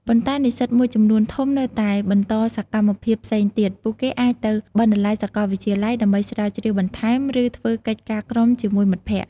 ប៉ុន្តែនិស្សិតមួយចំនួនធំនៅតែបន្តសកម្មភាពផ្សេងទៀត ពួកគេអាចទៅ បណ្ណាល័យសាកលវិទ្យាល័យ ដើម្បីស្រាវជ្រាវបន្ថែម ឬធ្វើកិច្ចការក្រុមជាមួយមិត្តភក្តិ។